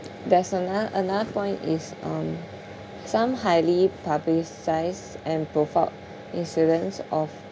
there's ano~ another is um some highly publicised and profiled incidents of